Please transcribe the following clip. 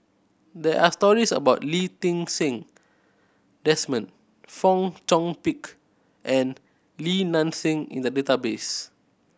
there are stories about Lee Ti Seng Desmond Fong Chong Pik and Li Nanxing in the database